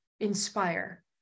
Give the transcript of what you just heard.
Inspire